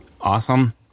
Awesome